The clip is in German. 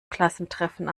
klassentreffen